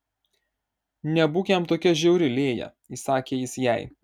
nebūk jam tokia žiauri lėja įsakė jis jai